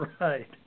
Right